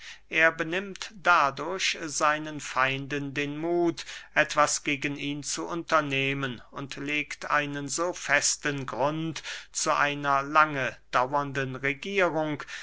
er benimmt dadurch seinen feinden den muth etwas gegen ihn zu unternehmen und legt einen so festen grund zu einer lange daurenden regierung